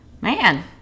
man